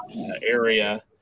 area